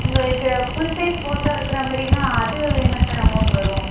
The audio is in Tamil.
உங்களுக்கு ஃபுல் சைஸ் ஃபோட்டோ எடுக்குறமாதிரினா அது என்ன சார் அமௌண்ட் வரும்